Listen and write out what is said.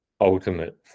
ultimate